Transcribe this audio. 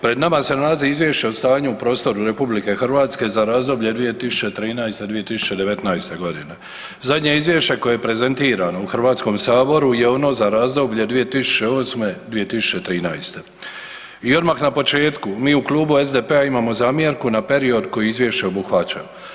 Pred nama se nalazi Izvješće o stanju u prostoru RH za razdoblje 2013.-2019. g. Zadnje izvješće koje je prezentirano u HS-u je ono za razdoblje 2008.-2013. i odmah na početku, mi u Klubu SDP-a imamo zamjerku na period koji Izvješće obuhvaća.